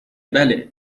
بله